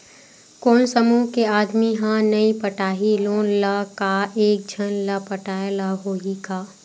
कोन समूह के आदमी हा नई पटाही लोन ला का एक झन ला पटाय ला होही का?